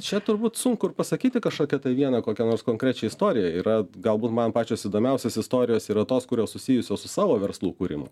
čia turbūt sunku ir pasakyti kažkokią tai vieną kokią nors konkrečią istoriją yra galbūt man pačios įdomiausios istorijos yra tos kurios susijusios su savo verslų įkūrimu